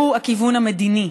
והוא הכיוון המדיני.